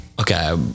Okay